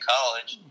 College